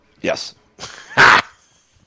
Yes